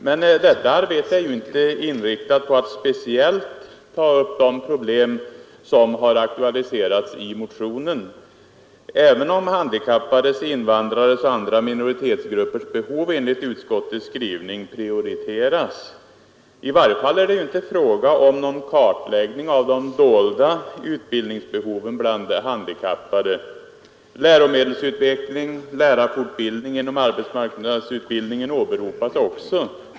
Men detta arbete är inte inriktat speciellt på de problem som aktualiserats i motionen, även om handikappades, invandrares och andra minoritetsgruppers behov enligt utskottet prioriteras. I varje fall är det inte fråga om någon kartläggning av de dolda utbildningsbehoven bland handikappade. Läromedelsutveckling och lärarfortbildning inom arbetsmarknadsutbildningen åberopas också.